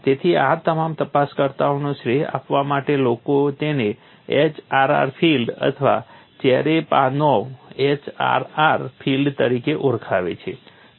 તેથી આ તમામ તપાસકર્તાઓને શ્રેય આપવા માટે લોકો તેને HRR ફીલ્ડ અથવા ચેરેપાનોવ HRR ફીલ્ડ તરીકે ઓળખાવે છે